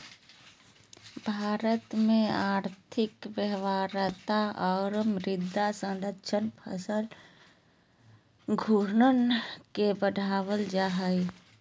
भारत में और्थिक व्यवहार्यता औरो मृदा संरक्षण फसल घूर्णन के बढ़ाबल जा हइ